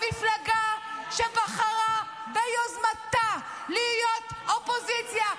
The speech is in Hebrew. למפלגה שבחרה ביוזמתה להיות אופוזיציה,